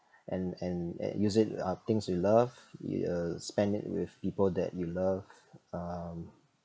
and and and use it uh things you love you spend it with people that you love um